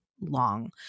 long